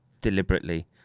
deliberately